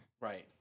Right